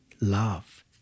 love